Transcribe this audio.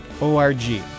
O-R-G